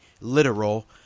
literal